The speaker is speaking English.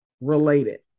related